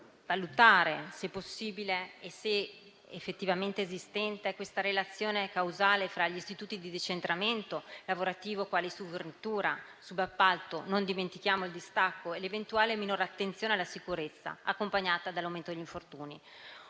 valutare, se possibile e se effettivamente esistente, la relazione causale fra gli istituti di decentramento lavorativo quali subvettura e subappalto - non dimentichiamo il distacco - e l'eventuale minore attenzione alla sicurezza accompagnata dall'aumento degli infortuni.